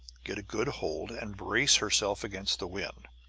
get a good hold, and brace herself against the wind,